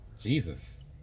Jesus